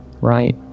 right